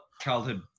childhood